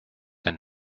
and